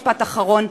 משפט אחרון,